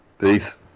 Peace